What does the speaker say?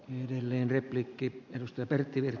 ne edelleen repliikki edustaa varattu